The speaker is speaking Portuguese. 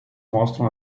mostram